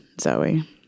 Zoe